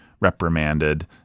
reprimanded